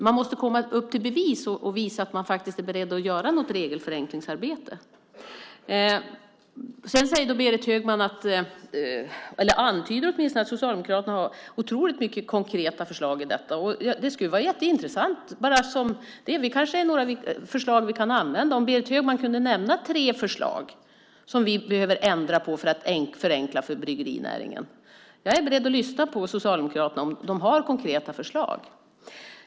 Man måste upp till bevis, visa att man är beredd att göra ett regelförenklingsarbete. Sedan antyder Berit Högman att Socialdemokraterna har mängder med konkreta förslag. Det skulle vara mycket intressant att höra Berit Högman nämna några av dem. Vi kanske kan använda en del av dem. Kan Berit Högman ge tre förslag på sådant som vi behöver ändra på för att förenkla för bryggerinäringen? Jag är beredd att lyssna på Socialdemokraterna om de har konkreta förslag.